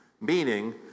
meaning